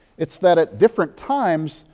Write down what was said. it's that at different times,